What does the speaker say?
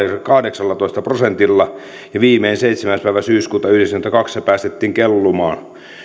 kahdeksallatoista prosentilla ja viimein seitsemäs päivä syyskuuta yhdeksänkymmentäkaksi se päästettiin kellumaan